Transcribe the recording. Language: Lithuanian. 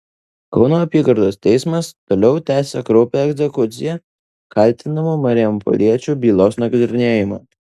kauno apygardos teismas toliau tęsia kraupią egzekucija kaltinamų marijampoliečių bylos nagrinėjimą